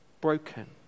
broken